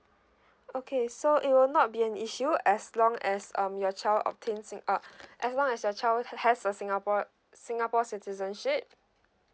okay so it will not be an issue as long as um your child obtain err as long as your child has a singapore uh singapore citizenship